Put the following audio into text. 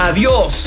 Adios